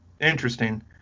interesting